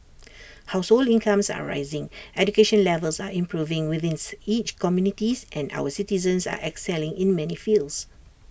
household incomes are rising education levels are improving within each communities and our citizens are excelling in many fields